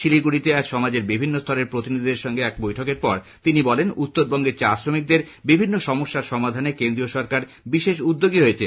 শিলিগুড়িতে আজ সমাজের বিভিন্ন স্তরের প্রতিনিধিদের সঙ্গে এক বৈঠকের পর তিনি বলেন উত্তরবঙ্গে চা শ্রমিকদের বিভিন্ন সমস্যার সমাধানে কেন্দ্রীয় সরকার বিশেষ উদ্যোগী হয়েছে